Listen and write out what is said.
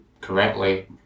correctly